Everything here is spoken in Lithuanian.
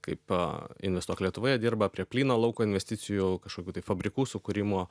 kaip investuok lietuvoje dirba prie plyno lauko investicijų kažkokių tai fabrikų sukūrimo